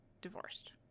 divorced